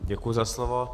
Děkuji za slovo.